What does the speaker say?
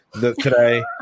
today